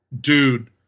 dude